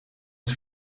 het